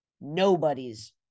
nobody's